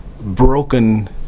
broken